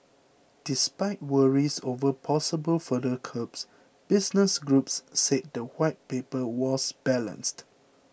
despite worries over possible further curbs business groups said the White Paper was balanced